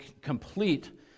complete